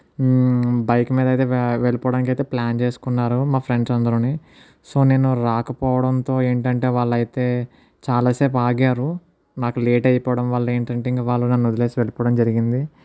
bike మీద అయితే వెళ్ళిపోడానికైతే ప్లాన్ చేసుకున్నారు మా ఫ్రెండ్స్ అందరూని సో నేను రాకపోవడంతో ఏంటంటే వాళ్ళయితే చాలా సేపు ఆగారు నాకు లేట్ అయిపోవడం వల్ల ఏంటంటే ఇంక వాళ్ళు నన్ను వదిలేసి వెళ్లిపోవడం జరిగింది